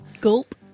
Gulp